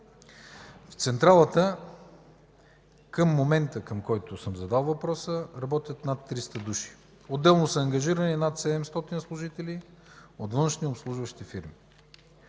В централата към момента, към който съм задал въпроса, работят над 300 души, отделно са ангажирани над 700 служители от външни обслужващи фирми.